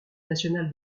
national